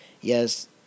Yes